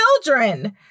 children